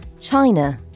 China